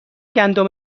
گندم